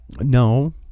no